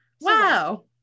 wow